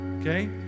okay